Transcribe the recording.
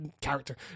character